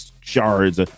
Shards